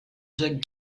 jacques